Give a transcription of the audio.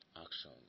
action